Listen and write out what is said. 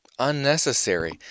unnecessary